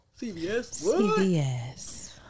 CBS